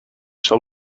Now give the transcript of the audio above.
shall